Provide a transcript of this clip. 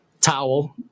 towel